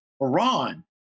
Iran